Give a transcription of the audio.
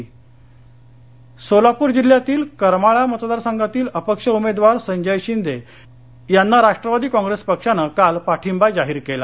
राष्ट्रवादी पाठिंबा सोलापूर जिल्ह्यातील करमाळा मतदारसंघातील अपक्ष उमेदवार संजय शिंदे यांना राष्ट्रवादी काँप्रेस पक्षानं काल पाठिंबा जाहीर केला